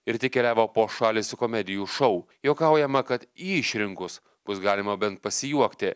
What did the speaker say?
ir tik keliavo po šalį su komedijų šou juokaujama kad jį išrinkus bus galima bent pasijuokti